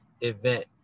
event